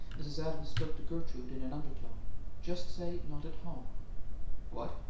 mrs. adams spoke to gertrude in an undertone just say, not at home what?